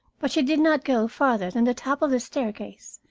but she did not go farther than the top of the staircase,